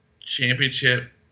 championship